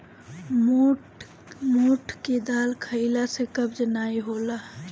मोठ के दाल खईला से कब्ज नाइ होला